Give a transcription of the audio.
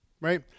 right